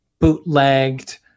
bootlegged